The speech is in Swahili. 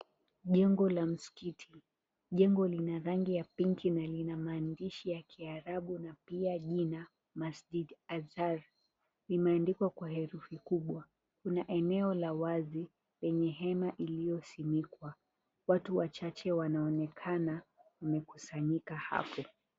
Jengo la msikiti, jengo lina rangi ya pinki na lina maandishi ya kiarabu na pia jina Masjid Azhar limeandikwa kwa herufi kubwa , kuna eneo la wazi lenye hema iliyosimikwa watu wachache wanaonekana wamekusanyika hapo .